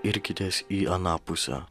irkitės į aną pusę